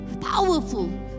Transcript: powerful